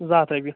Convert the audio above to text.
زٕ ہَتھ رۄپیہِ